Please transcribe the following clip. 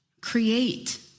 create